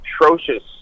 atrocious